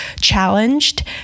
challenged